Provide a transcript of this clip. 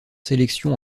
sélection